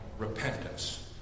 repentance